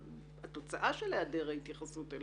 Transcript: התוצאה של היעדר התייחסות אל